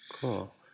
Cool